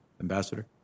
Ambassador